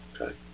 Okay